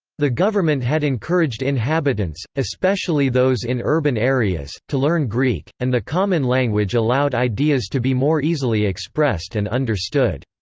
the government had encouraged inhabitants, especially those in urban areas, to learn greek, and the common language allowed ideas to be more easily expressed and understood.